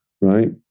right